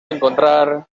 encontrar